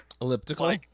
elliptical